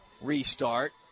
restart